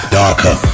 darker